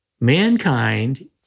Mankind